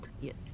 Yes